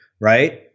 right